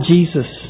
Jesus